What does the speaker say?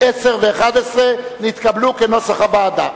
ו-11 נתקבלו כנוסח הוועדה.